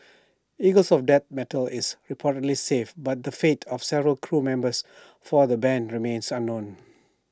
eagles of death metal is reportedly safe but the fate of several crew members for the Band remains unknown